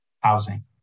housing